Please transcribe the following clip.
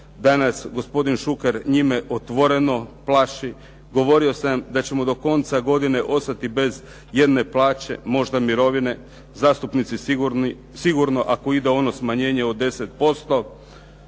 danas gospodin Šuker njime otvoreno plaši. Govorio sam da ćemo do konca godine ostati bez jedne plaće, možda mirovine, zastupnici sigurno, ako ide ono smanjenje od 10%.